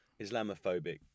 Islamophobic